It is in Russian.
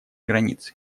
границы